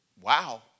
Wow